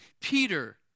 Peter